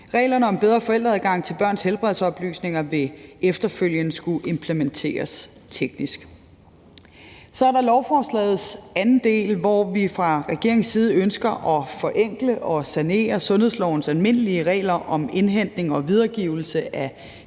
Reglerne om bedre forældreadgang til børns helbredsoplysninger vil efterfølgende skulle implementeres teknisk. Så er der lovforslagets anden del, hvor vi fra regeringens side ønsker at forenkle og sanere sundhedslovens almindelige regler om indhentning og videregivelse af